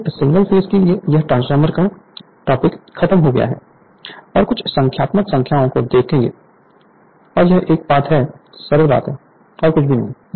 इस single phase के साथ यह ट्रांसफार्मर का टॉपिक खत्म हो गया है और कुछ संख्यात्मक संख्याओं को देखेंगे और यह एक बहुत ही सरल बात है और कुछ भी नहीं है